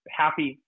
happy